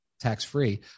tax-free